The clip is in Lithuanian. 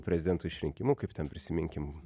prezidento išrinkimu kaip ten prisiminkim